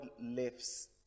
lives